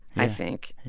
i think